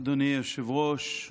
אדוני היושב-ראש,